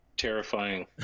terrifying